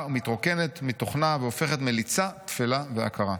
ומתרוקנת מתכנה והופכת מליצה תפלה ועקרה'.